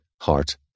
heart